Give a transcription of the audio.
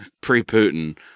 Pre-Putin